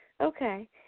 Okay